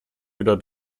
wieder